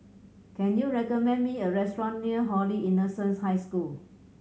can you recommend me a restaurant near Holy Innocents' High School